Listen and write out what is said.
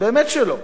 באמת שלא,